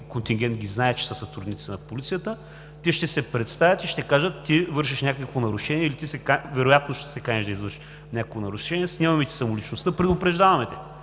контингент ги знае, че са сътрудници на полицията, те ще се представят и ще кажат: ти вършиш някакво нарушение или ти вероятно се каниш да извършиш някакво нарушение, снемаме ти самоличността, предупреждаваме те.